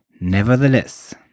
Nevertheless